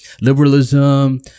liberalism